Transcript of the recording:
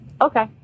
okay